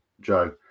joe